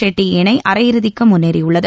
ஷெட்டி இணை அரையிறுதிக்கு முன்னேறியுள்ளது